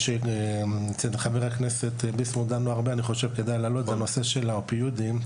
אני חושב שכדאי להעלות את הנושא של האופיואידים,